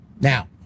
Now